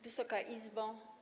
Wysoka Izbo!